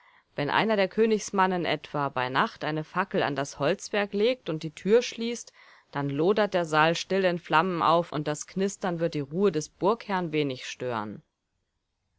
wenn einer der königsmannen etwa bei nacht eine fackel an das holzwerk legt und die tür schließt dann lodert der saal still in flammen auf und das knistern wird die ruhe des burgherrn wenig stören